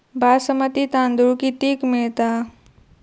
बासमती तांदूळ कितीक मिळता?